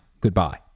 goodbye